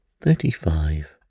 thirty-five